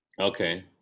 okay